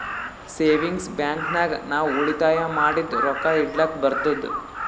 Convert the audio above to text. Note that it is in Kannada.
ಸೇವಿಂಗ್ಸ್ ಬ್ಯಾಂಕ್ ನಾಗ್ ನಾವ್ ಉಳಿತಾಯ ಮಾಡಿದು ರೊಕ್ಕಾ ಇಡ್ಲಕ್ ಬರ್ತುದ್